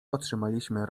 otrzymaliśmy